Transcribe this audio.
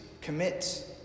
commit